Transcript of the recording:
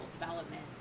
development